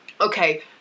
okay